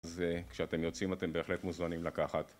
ו... כשאתם יוצאים אתם בהחלט מוזמנים לקחת.